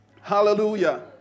Hallelujah